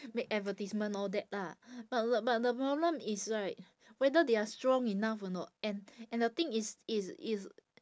make advertisement all that lah but the but the problem is right whether they are strong enough or not and and the thing is is is